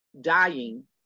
dying